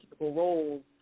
roles